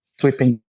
sweeping